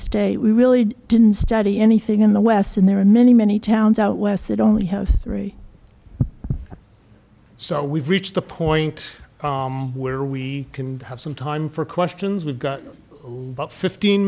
state we really didn't study anything in the west and there are many many towns out west that only have three so we've reached the point where we can have some time for questions we've got about fifteen